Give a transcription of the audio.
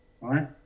right